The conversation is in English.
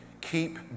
keep